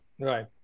Right